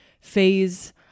phase